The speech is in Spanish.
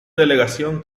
delegación